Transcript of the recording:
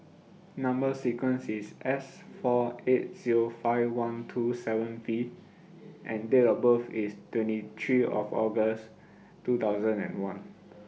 Number sequence IS S four eight Zero five one two seven V and Date of birth IS twenty three of August two thousand and one